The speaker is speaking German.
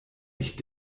ich